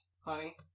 Honey